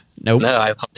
Nope